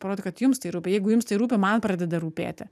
parodot kad jums tai rūpi jeigu jums tai rūpi man pradeda rūpėti